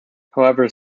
however